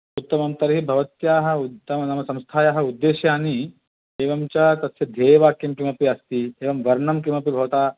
उत्तमं तर्हि भवत्याः उत्तम नाम संस्थायाः उद्देशानि एवं च तस्य ध्येयवाकं किमपि अस्ति एवं वर्णं किमपि भवता